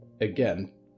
Again